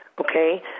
Okay